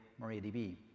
MariaDB